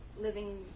Living